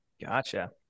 Gotcha